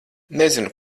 nezinu